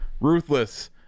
ruthless